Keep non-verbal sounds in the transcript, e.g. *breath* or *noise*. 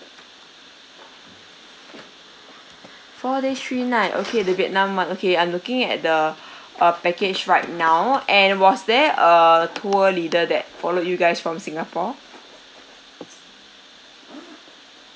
four days three night okay the vietnam [one] okay I'm looking at the *breath* uh package right now and was there a tour leader that followed you guys from singapore